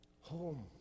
home